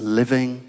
living